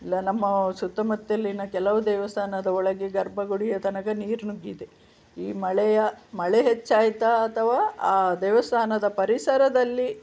ಇಲ್ಲ ನಮ್ಮ ಸುತ್ತಮುತ್ತಲಿನ ಕೆಲವು ದೇವಸ್ಥಾನದ ಒಳಗೆ ಗರ್ಭಗುಡಿಯ ತನಕ ನೀರು ನುಗ್ಗಿದೆ ಈ ಮಳೆಯ ಮಳೆ ಹೆಚ್ಚಾಯಿತಾ ಅಥವಾ ಆ ದೇವಸ್ಥಾನದ ಪರಿಸರದಲ್ಲಿ